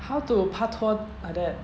how to paktor like that